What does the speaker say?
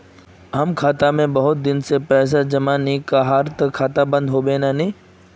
हम खाता में बहुत दिन से पैसा जमा नय कहार तने खाता बंद होबे केने?